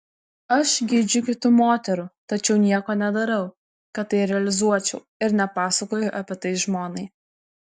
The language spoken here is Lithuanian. aš geidžiu kitų moterų tačiau nieko nedarau kad tai realizuočiau ir nepasakoju apie tai žmonai